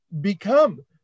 become